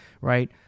right